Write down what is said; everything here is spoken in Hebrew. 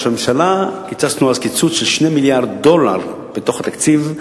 הממשלה קיצצנו אז 2 מיליארד דולר בתוך התקציב,